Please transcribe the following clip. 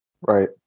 Right